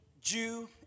Jew